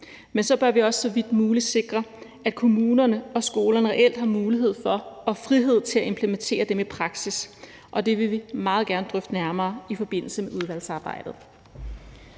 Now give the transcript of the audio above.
men så bør vi så vidt muligt også sikre, at kommunerne og skolerne reelt har en mulighed for og frihed til at implementere dem i praksis. Det vil vi meget gerne drøfte nærmere i forbindelse med udvalgsarbejdet.